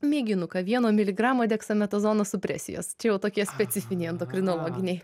mėginuką vieno miligramo deksametazono supresijos čia jau tokie specifiniai endokrinologiniai